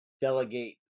delegate